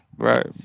Right